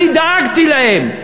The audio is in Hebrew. אני דאגתי להם,